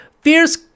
fierce